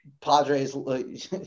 Padres